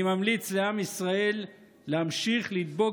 אני ממליץ לעם ישראל להמשיך לדבוק